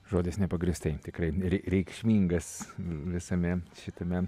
žodis nepagrįstai tikrai rei reikšmingas visame šitame